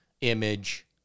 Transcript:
image